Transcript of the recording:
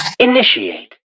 Initiate